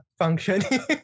functioning